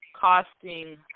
Costing